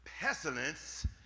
pestilence